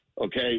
okay